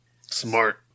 Smart